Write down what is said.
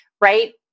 right